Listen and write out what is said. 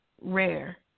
rare